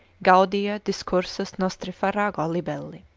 gaudia, discursus, nostri farrago libelli.